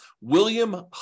William